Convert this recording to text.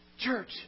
church